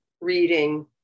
reading